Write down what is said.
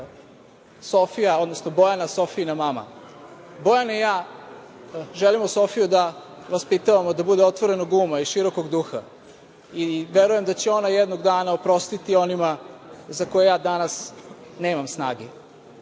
Sofija odnosno Bojana, Sofijina mama. Bojana i ja želimo Sofiju da vaspitavamo da bude otvorenog uma i širokog duha i verujem da će ona jednog dana oprostiti onima za koje ja danas nemam snage.